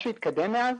משהו התקדם מאז?